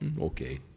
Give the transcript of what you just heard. Okay